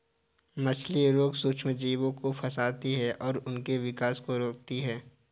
मछली रोग सूक्ष्मजीवों को फंसाती है और उनके विकास को रोकती है